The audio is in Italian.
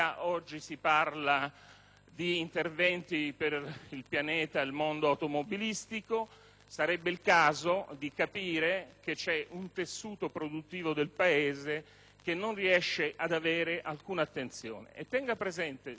di interventi per il mondo automobilistico. Sarebbe il caso di capire che c'è un tessuto produttivo del Paese che non riesce ad avere alcuna attenzione. Signor Sottosegretario,